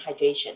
hydration